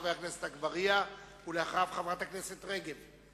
חבר הכנסת אגבאריה, ואחריו, חברת הכנסת רגב.